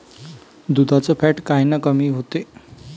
दुधाचं फॅट कायनं कमी होते?